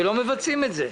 אבל לא מבצעים את זה.